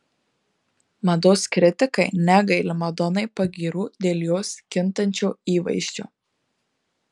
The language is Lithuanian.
mados kritikai negaili madonai pagyrų dėl jos kintančio įvaizdžio